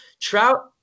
Trout